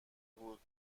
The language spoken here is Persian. بود